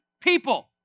people